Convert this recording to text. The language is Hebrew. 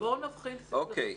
בואו נבחין, ברשותכם.